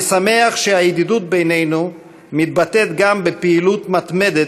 אני שמח שהידידות בינינו מתבטאת גם בפעילות מתמדת